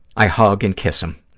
i hug and kiss him.